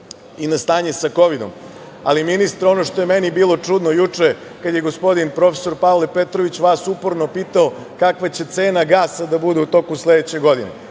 i na stanje sa kovidom, ali, ministre, ono što je meni bilo čudno juče kad je gospodin prof. Pavle Petrović vas uporno pitao kakva će cena gasa da bude u toku sledeće godine,